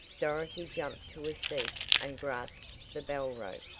dorothy jumped to a seat and grasped the bell rope.